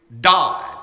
died